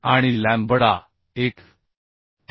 आणि लॅम्बडा 1